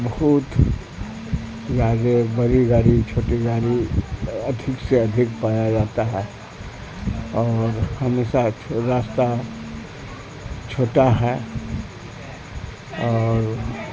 بہت گاڑی بڑی گاڑی چھوٹی گاڑی ادھک سے ادھک پایا جاتا ہے اور ہمیشہ راستہ چھوٹا ہے اور